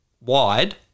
wide